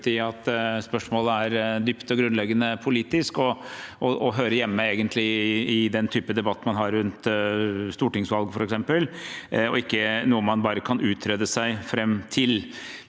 i at spørsmålet er dypt og grunnleggende politisk og hører hjemme i den typen debatt man har rundt stortingsvalg, og ikke er noe man bare kan utrede seg fram til.